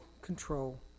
control